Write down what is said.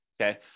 okay